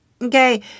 Okay